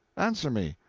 answer me.